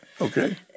Okay